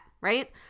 right